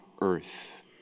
earth